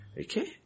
Okay